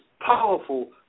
powerful